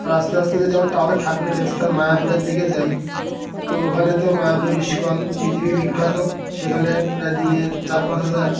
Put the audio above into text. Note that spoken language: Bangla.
আর আস্তে আস্তে যদি আমার আমাদের ঠাকুরের স্থান মায়াপুরের দিকে যাই তো ওখানে তো মায়াপুর ইস্কন পৃথিবী বিখ্যাত সেখানে প্রায় দিনে চার পাঁচ হাজার